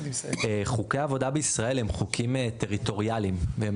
חוקי העבודה בישראל הם חוקים טריטוריאליים והם